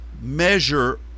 measure